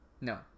No